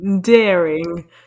Daring